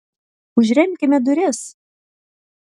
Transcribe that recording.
užremkime duris